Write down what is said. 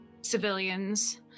civilians